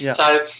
yeah so,